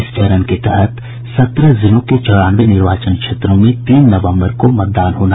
इस चरण के तहत सत्रह जिलों के चौरानवे निर्वाचन क्षेत्रों में तीन नवंबर को मतदान होगा